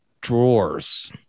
drawers